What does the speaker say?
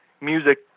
music